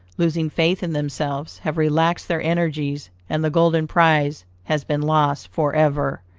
losing faith in themselves, have relaxed their energies, and the golden prize has been lost forever.